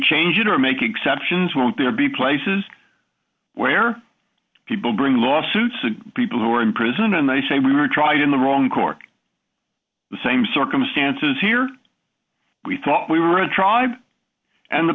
change it or make exceptions won't there be places where people bring lawsuits and people who are in prison and they say we were tried in the wrong court the same circumstances here we thought we were a tribe and the